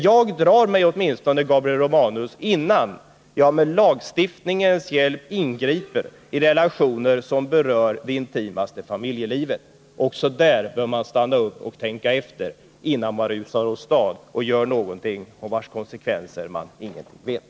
Jag drar mig åtminstone, Gabriel Romanus, innan jag med lagstiftningens hjälp ingriper i relationer som berör det intimaste familjelivet. Också där bör man stanna upp och tänka efter, innan man rusar åstad och gör någonting om vars konsekvenser man ingenting vet.